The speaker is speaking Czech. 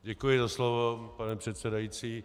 Děkuji za slovo, pane předsedající.